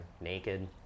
Naked